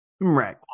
Right